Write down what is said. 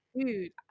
dude